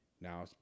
now